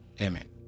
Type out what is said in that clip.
Amen